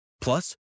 Plus